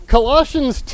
Colossians